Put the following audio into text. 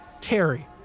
Terry